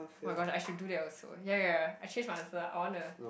oh-my-gosh I should do that also ya ya ya I change my answer I want to